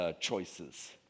choices